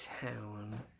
town